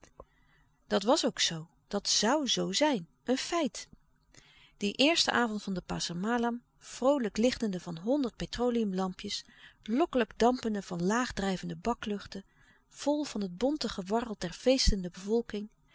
dat was ook zoo dat zoû zoo zijn een feit dien eersten avond van de passer malam vroolijk lichtende van honderd petroleum lampjes lokkelijk dampende van laag drijvende bakluchten vol van het bonte gewarrel der feestende bevolking